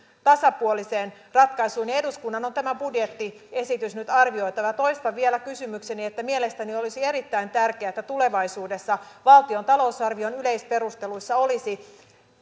tasapuoliseen ratkaisuun ja eduskunnan on tämä budjettiesitys nyt arvioitava ja toistan vielä että mielestäni olisi erittäin tärkeää että tulevaisuudessa valtion talousarvion yleisperusteluissa olisi